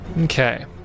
Okay